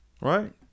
right